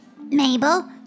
Mabel